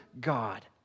God